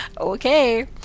Okay